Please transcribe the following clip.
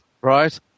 Right